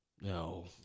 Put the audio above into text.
No